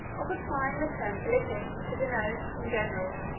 of applying the term philippics to denote, in general,